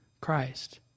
Christ